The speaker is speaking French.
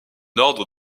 ordres